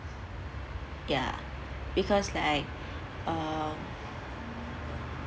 ya because like uh